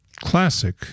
classic